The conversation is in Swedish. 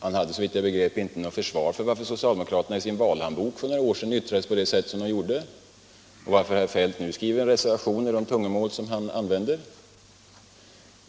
Han hade såvitt jag begriper inte något försvar för att socialdemokraterna i sin valhandbok för några år sedan yttrade sig på det sätt de gjorde eller någon förklaring till varför herr Feldt själv nu skriver en reservation i den tonart som han använder.